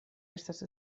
estas